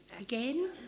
again